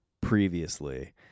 previously